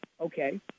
Okay